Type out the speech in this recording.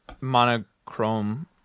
monochrome